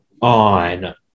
on